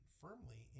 firmly